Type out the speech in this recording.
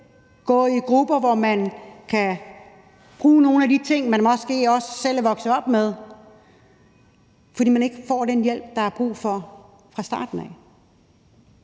gå i grupper, hvor man kan bruge nogle af de ting, man måske også selv er vokset op med, fordi man ikke får den hjælp, der er brug for, fra starten af.